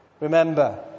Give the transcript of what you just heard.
remember